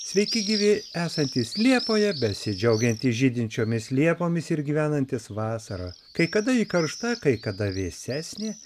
sveiki gyvi esantys liepoje besidžiaugiantys žydinčiomis liepomis ir gyvenantys vasarą kai kada ji karšta kai kada vėsesnė